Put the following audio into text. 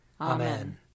Amen